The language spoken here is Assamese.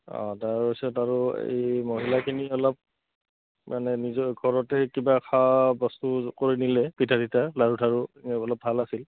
অঁ তাৰপিছত আৰু এই মহিলাখিনি অলপ মানে নিজৰ ঘৰতে কিবা খোৱা বস্তু কৰি নিলে পিঠা চিঠা লাৰু ঠাৰু অলপ ভাল আছিল